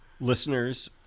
Listeners